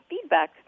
feedback